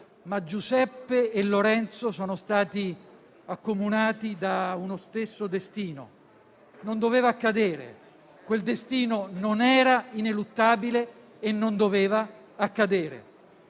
ma Giuseppe e Lorenzo sono stati accomunati da uno stesso destino. Non doveva accadere; quel destino non era ineluttabile e non doveva accadere.